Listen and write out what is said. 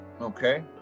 okay